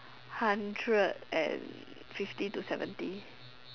hundred and fifty to seventy